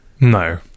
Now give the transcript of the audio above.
No